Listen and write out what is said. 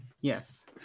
Yes